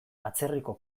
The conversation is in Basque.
atzerriko